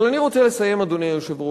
אבל אני רוצה לסיים, אדוני היושב-ראש,